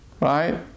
Right